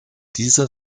diese